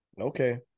okay